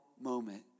moment